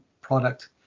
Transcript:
product